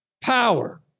Power